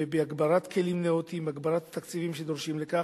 בהגברת כלים נאותים, בהגברת התקציבים שדרושים לכך.